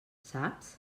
saps